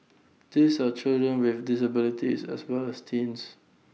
these are children with disabilities as well as teens